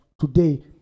today